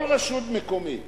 כל רשות מקומית